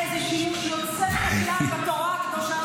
איזה שימוש יוצא מן הכלל בתורה הקדושה